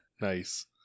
nice